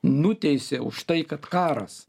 nuteisė už tai kad karas